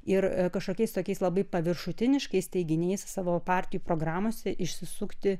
ir kažkokiais kitokiais labai paviršutiniškais teiginiais savo partijų programose išsisukti